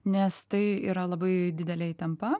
nes tai yra labai didelė įtampa